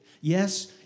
Yes